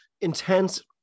intense